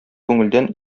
күңелдән